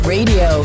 Radio